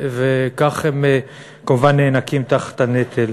וכך הם כמובן נאנקים תחת הנטל.